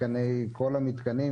כל המתקנים,